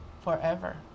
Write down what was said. forever